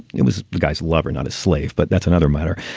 it was the guy's lover not a slave but that's another matter.